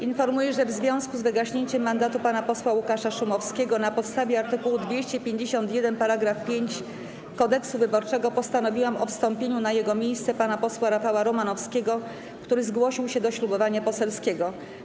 Informuję, że w związku z wygaśnięciem mandatu pana posła Łukasza Szumowskiego na podstawie art. 251 § 5 Kodeksu wyborczego postanowiłam o wstąpieniu na jego miejsce pana posła Rafała Romanowskiego, który zgłosił się do ślubowania poselskiego.